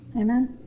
Amen